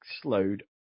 slowed